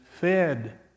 fed